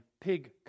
pig